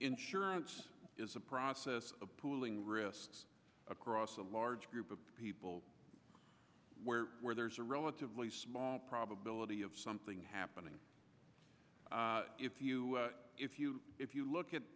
insurance is a process of pooling risks across a large group of people where where there's a relatively small probability of something happening if you if you if you look at